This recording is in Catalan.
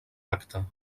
acte